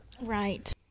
Right